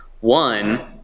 One